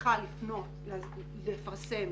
צריכה לפרסם